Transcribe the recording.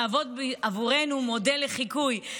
מהוות עבורנו מודל לחיקוי.